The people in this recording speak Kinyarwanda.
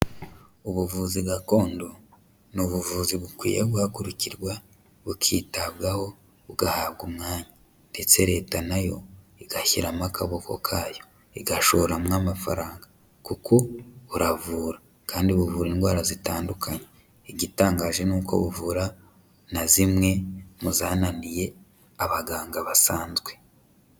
Ubuvuzi gakondo ni ubuvuzi bukwiye guhagurukirwa, bukitabwaho, bugahabwa umwanya ndetse Leta nayo igashyiramo akaboko kayo, igashoramwo amafaranga; kuko buravura kandi buvura indwara zitandukanye, igitangaje ni uko buvura na zimwe mu zananiye abaganga basanzwe.